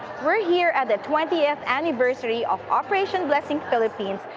we're here at the twentieth anniversary of operation blessing philippines,